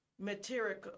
material